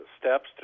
steps